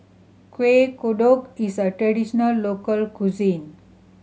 Kuih Kodok is a traditional local cuisine